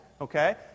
okay